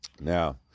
Now